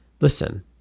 listen